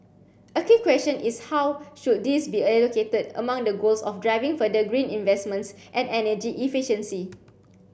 a key question is how should these be allocated among the goals of driving further green investments and energy efficiency